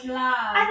love